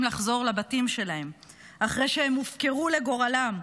לחזור לבתים שלהם אחרי שהם הופקרו לגורלם,